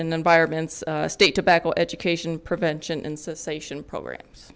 and environments state tobacco education prevention and cessation programs